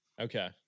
Okay